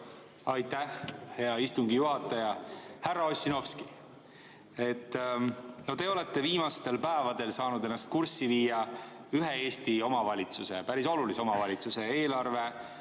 Aitäh, hea istungi juhataja! Härra Ossinovski! Te olete viimastel päevadel saanud ennast kurssi viia ühe Eesti omavalitsuse, päris olulise omavalitsuse